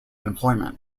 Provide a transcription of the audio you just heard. employment